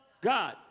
God